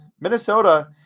Minnesota